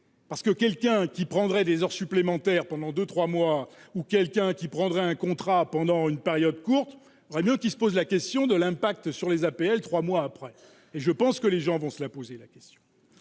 parce que quelqu'un qui prendrait des heures supplémentaires pendant 2, 3 mois ou quelqu'un qui prendrait un contrat pendant une période courte notice pose la question de l'impact sur les APL, 3 mois après, et je pense que les gens vont se la poser la question,